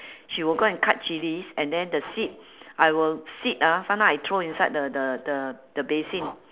she will go and cut chillies and then the seed I will seed ah sometime I throw inside the the the the basin